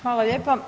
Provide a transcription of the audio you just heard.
Hvala lijepa.